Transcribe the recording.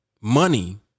money